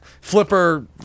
flipper